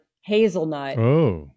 hazelnut